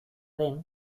den